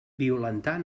violentar